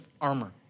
armor